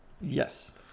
yes